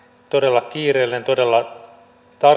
todella kiireellinen todella